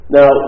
Now